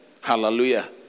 Hallelujah